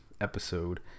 episode